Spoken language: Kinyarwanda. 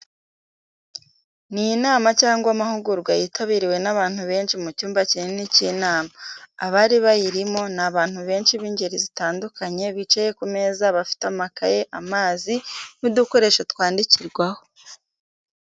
Ni inama cyangwa amahugurwa yitabiriwe n’abantu benshi mu cyumba kinini cy’inama. abari bayirimo: ni abantu benshi b'ingeri zitandukanye bicaye ku meza bafite amakaye, amazi, n’udukoresho twandikirwaho.